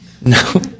No